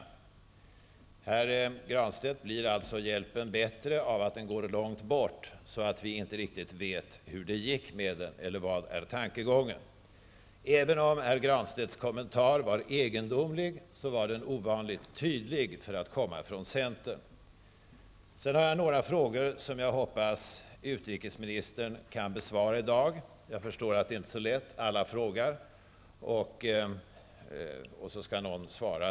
Enligt Pär Granstedt blir alltså hjälpen bättre av att den går långt bort så att vi inte riktigt vet hur det gick med den -- eller vad är tankegången? Även om Pär Granstedts kommentar var egendomlig var den ovanligt tydlig för att komma från centern. Sedan har jag några frågor som jag hoppas utrikesministern kan besvara i dag. Jag förstår att det inte är så lätt, eftersom alla frågar och hon skall oavbrutet svara.